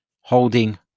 Holding